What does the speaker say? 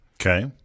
Okay